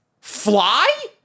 Fly